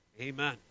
amen